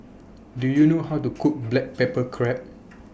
Do YOU know How to Cook Black Pepper Crab